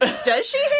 ah does she